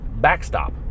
backstop